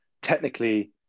Technically